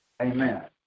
Amen